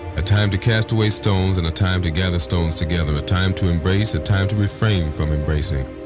a time to cast away stones and a time to gather stones together, a time to embrace, a time to refrain from embracing.